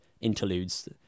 interludes